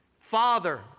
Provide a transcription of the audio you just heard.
Father